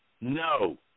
No